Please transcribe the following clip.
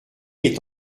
est